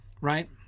right